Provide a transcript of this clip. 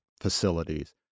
facilities